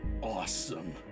awesome